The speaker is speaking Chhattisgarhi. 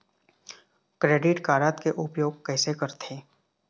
क्रेडिट कारड के उपयोग कैसे करथे?